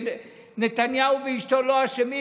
נתניהו ואשתו לא אשמים,